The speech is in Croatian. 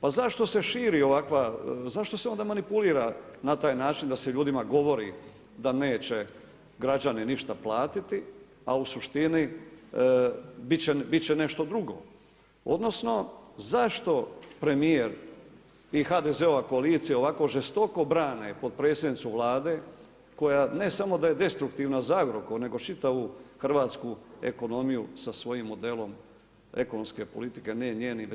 Pa zašto se širi ovakva, zašto se onda manipulira na taj način da se ljudima govori da neće građani ništa platiti, a onda u suštini bit će nešto drugo, odnosno zašto premijer i HDZ-ova koalicija ovako žestoko brane potpredsjednicu Vlade koja ne samo da je destruktivna za Agrokor nego čitavu hrvatsku ekonomiju sa svojim modelom ekonomske politike ne njenim već tko ih provodi.